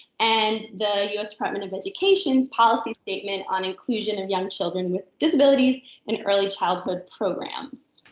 and the u s. department of education's policy statement on inclusion of young children with disabilities in early childhood programs.